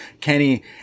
Kenny